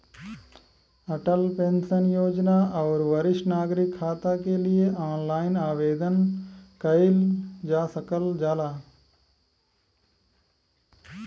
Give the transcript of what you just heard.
Atal pension योजना आउर वरिष्ठ नागरिक खाता के लिए ऑनलाइन आवेदन कइल जा सकल जाला